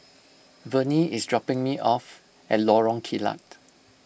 Vernie is dropping me off at Lorong Kilat